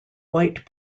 white